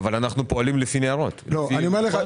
אנחנו פועלים לפי ניירות, נכון?